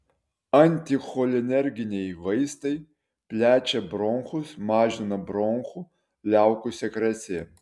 anticholinerginiai vaistai plečia bronchus mažina bronchų liaukų sekreciją